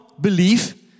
belief